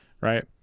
Right